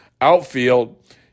Outfield